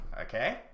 okay